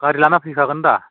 गारि लाना फैखागोन दा